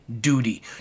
duty